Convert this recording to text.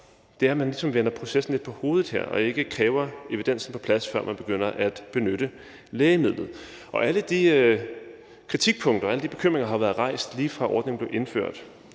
er, at man ligesom vender processen lidt på hovedet her og ikke kræver evidensen på plads, før man begynder at benytte lægemidlet. Og alle de kritikpunkter, alle de bekymringer har været rejst, lige fra ordningen blev indført,